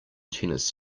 tennis